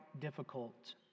difficult